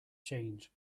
change